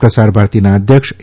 પ્રસારભારતીના અધ્યક્ષ એ